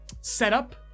Setup